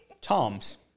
Toms